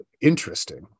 interesting